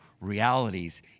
realities